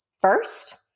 first